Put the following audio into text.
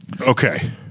Okay